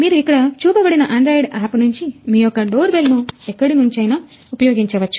మీరు ఇక్కడ చూపబడిన ఆండ్రాయిడ్ ఆప్ నుంచి మీ యొక్క డోర్ బెల్ ను ఎక్కడి నుంచైనా ఉపయోగించవచ్చు